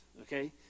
Okay